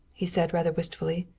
he said rather wistfully.